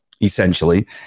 essentially